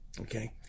Okay